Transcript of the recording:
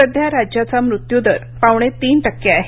सध्या राज्याचा मृत्यू दर पावणे तीन टक्के आहे